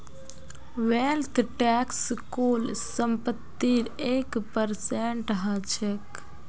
wealth tax कुल संपत्तिर एक परसेंट ह छेक